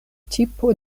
tipo